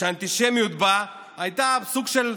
שהאנטישמיות בה הייתה סוג של,